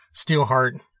Steelheart